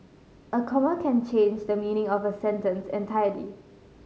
a comma can change the meaning of a sentence entirely